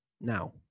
Now